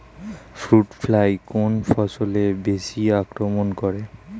Fruit fly কোন ফসলে বেশি আক্রমন করে?